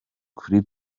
kuri